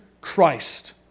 Christ